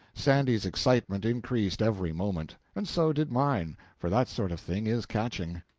sandy's excitement increased every moment and so did mine, for that sort of thing is catching.